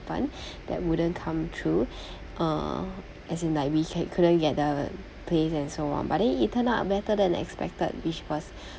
that wouldn't come through err as in like we ca~ couldn't get the place and so on but then it turn out better than expected which was